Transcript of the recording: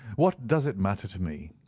what does it matter to me.